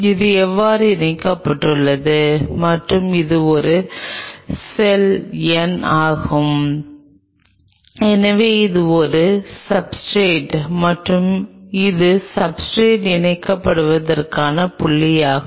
இது எவ்வாறு இணைக்கப்பட்டுள்ளது மற்றும் இது செல் n ஆகும் எனவே இது ஒரு சப்ஸ்ர்டேட் மற்றும் இது சப்ஸ்ர்டேட் இணைக்கப்படுவதற்கான புள்ளியாகும்